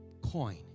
coin